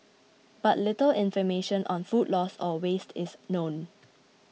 but little information on food loss or waste is known